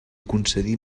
concedí